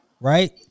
Right